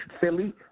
Philly